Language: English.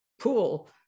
pool